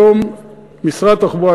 היום משרד התחבורה,